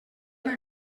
era